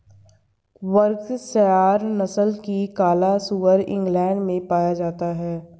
Berkshire नस्ल का काला सुअर इंग्लैण्ड में पाया जाता है